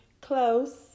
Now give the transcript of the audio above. close